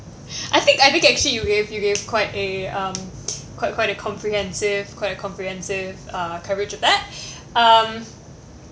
I think I think actually you gave you gave quite a um quite quite a comprehensive quite a comprehensive uh coverage of that um